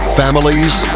families